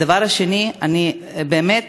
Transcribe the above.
הדבר השני, אני באמת